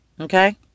Okay